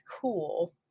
Cool